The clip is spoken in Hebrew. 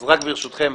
אז ברשותכם,